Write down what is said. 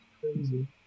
crazy